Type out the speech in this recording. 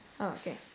oh okay